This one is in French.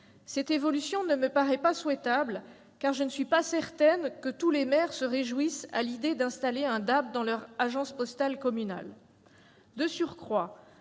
Cette évolution ne me paraît pas souhaitable, car je ne suis pas certaine que tous les maires se réjouissent à l'idée d'installer un DAB dans leur agence postale communale. De surcroît,